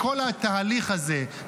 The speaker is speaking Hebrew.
מכל התהליך הזה,